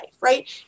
right